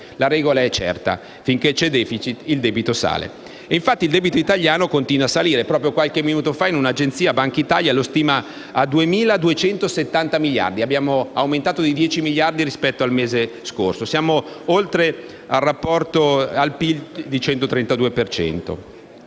La regola è certa: finché c'è *deficit*, il debito sale. Ed infatti il debito italiano continua a salire. Proprio qualche minuto fa, un'agenzia di Banca d'Italia lo stima a 2.270 miliardi. È aumentato di 10 miliardi rispetto al mese scorso, con un rapporto debito-PIL